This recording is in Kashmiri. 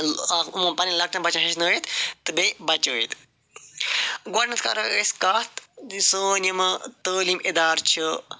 پنٕنٮ۪ن لۄکٹٮ۪ن بچن ہیٚچھنٲوتھ تہٕ بیٚیہِ بچٲوِتھ گۄڈنٮ۪تھ کَرو أسۍ کَتھ سٲنۍ یِمہٕ تٲلیٖم اِدار چھِ